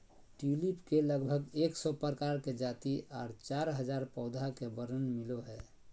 tulip के लगभग एक सौ प्रकार के जाति आर चार हजार पौधा के वर्णन मिलो हय